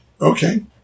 Okay